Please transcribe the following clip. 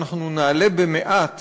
אנחנו נעלה במעט